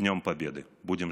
(אומר דברים ברוסית.)